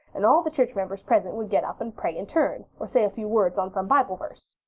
and all the church members present would get up and pray in turn, or say a few words on some bible verse.